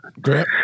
great